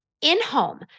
in-home